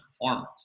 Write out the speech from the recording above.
performance